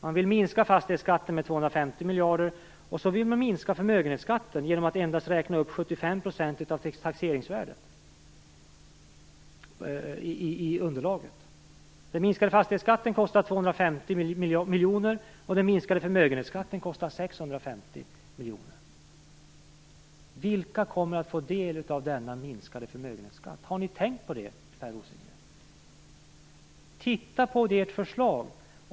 De vill minska fastighetsskatten med 250 miljarder, och så vill de minska förmögenhetsskatten genom att endast räkna upp 75 % av taxeringsvärdet i underlaget. Den minskade fastighetsskatten kostar 250 Vilka kommer att få del av denna minskade förmögenhetsskatt? Har ni tänkt på det, Per Rosengren? Se på ert förslag!